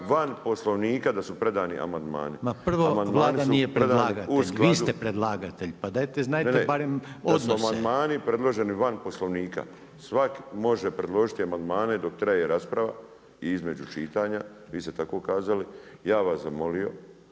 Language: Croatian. van poslovnika da su predani amandman. … /Upadica Rainer: Ma prvo, Vlada nije predlagatelj, vi ste predlagatelj./… ne, ne, da su amandmani predloženi van poslovnika, svak može predložiti amandmane dok traje rasprava i između čitanja, vi ste tako kazalo, ja bi vas zamolio